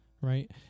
right